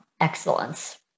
excellence